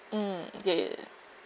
mm ya ya ya